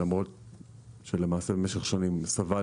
במשך שנים,